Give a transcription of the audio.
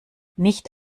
nicht